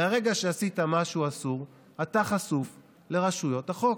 מהרגע שעשית משהו אסור, אתה חשוף לרשויות החוק.